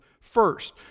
first